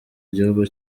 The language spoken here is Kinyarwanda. igihugu